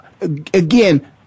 again